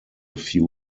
few